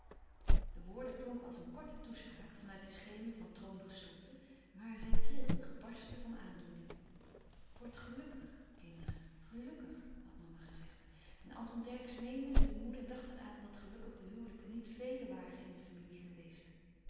de woorden klonken als een korte toespraak van uit den schemer van troongestoelte maar zij trilden gebarsten van aandoening wordt gelukkig kinderen gelùkkig had mama gezegd en anton dercksz meende de moeder dacht er aan dat gelukkige huwelijken niet vele waren in de familie geweest